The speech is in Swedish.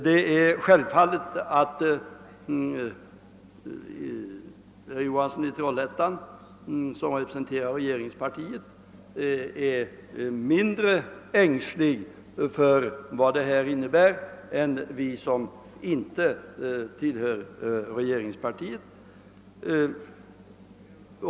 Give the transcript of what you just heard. Det är självklart att herr Johansson i Trollhättan, som representerar regeringspartiet, är mindre ängslig för vad detta medför än vi som inte tillhör regeringspartiet.